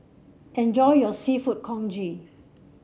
enjoy your seafood Congee